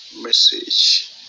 message